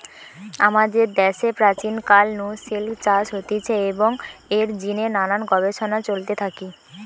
আমাদের দ্যাশে প্রাচীন কাল নু সিল্ক চাষ হতিছে এবং এর জিনে নানান গবেষণা চলতে থাকি